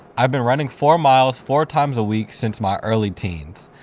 i've been running four miles, four times a week since my early teens.